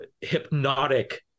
hypnotic